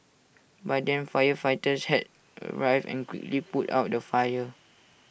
by then firefighters had arrived and quickly put out the fire